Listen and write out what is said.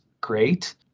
great